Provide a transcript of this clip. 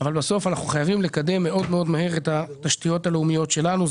אנחנו חייבים לקדם מאוד מהר את התשתיות הלאומיות שלנו,